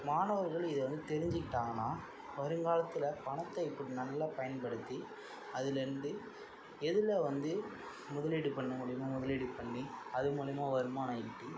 மாணவர்கள் இதைவந்து தெரிஞ்சிக்கிட்டாங்கன்னா வருங்காலத்தில் பணத்தை இப்படி நல்லா பயன்படுத்தி அதில் இருந்து எதில் வந்து முதலீடு பண்ண முடியுமோ முதலீடு பண்ணி அதுமூலியமாக வருமானம் ஈட்டி